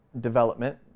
development